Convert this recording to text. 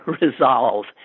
resolve